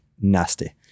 nasty